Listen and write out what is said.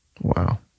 Wow